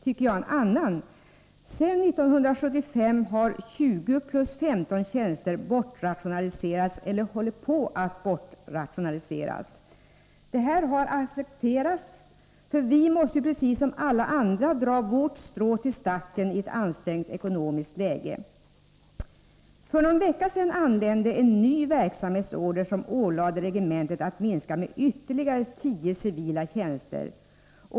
Sedan 1975 har 20 plus 15 tjänster bortrationaliserats eller är på väg att bortrationaliseras. Detta har accepterats, för vi måste, precis som alla andra, dra vårt strå till stacken i ett ansträngt ekonomiskt läge. För någon vecka sedan anlände en ny verksamhetsorder, som ålade regementet att minska personalen med ytterligare tio civila tjänster.